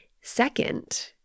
Second